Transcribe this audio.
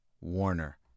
Warner